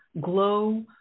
glow